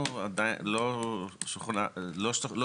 הרבה פעמים אנחנו --- הרבה פעמים גם יכול להיות דבר אחר,